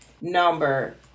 number